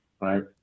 right